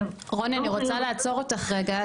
רוני, אני רוצה לעצור אותך רגע.